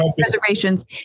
reservations